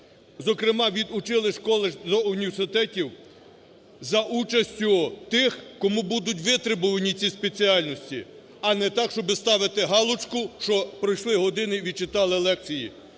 зокрема, від училищ, коледжів до університетів за участю тих, кому будуть витребувані ці спеціальності, а не так, щоб ставити галочку, що пройшли години і відчитали лекції.